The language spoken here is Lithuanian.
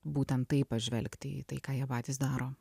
būtent taip pažvelgti į tai ką jie patys daro